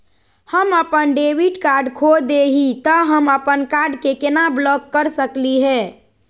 हम अपन debit card खो दे ही, त हम अप्पन कार्ड के केना ब्लॉक कर सकली हे?